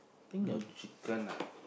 think your chicken lah